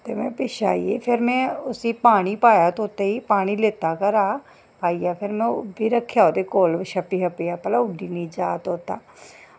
ते में पिच्छें आई गेई फिर में उसी पानी पाया तोते ई पानी लेत्ता घरा फिर पाइयै फिर में फिर रखेआ ओह्दे कोल छप्पी छप्पियै भला उड्डी निं जा तोता